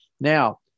now